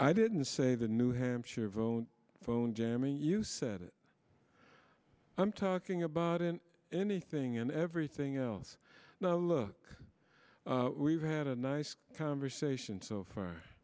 i didn't say the new hampshire vote phone jamming you said it i'm talking about in anything and everything else now look we've had a nice conversation so far